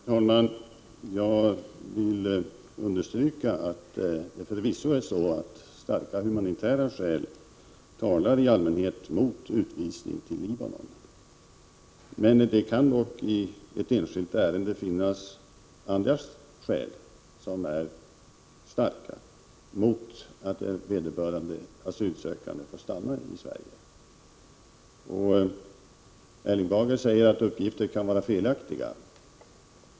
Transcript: Herr talman! Jag vill understryka att det förvisso är så att starka humanitära skäl i allmänhet talar mot utvisning till Libanon. Det kan dock i ett enskilt ärende finnas andra skäl som är starka mot att vederbörande asylsökande får stanna i Sverige. Erling Bager sade att uppgifter kan vara felaktiga.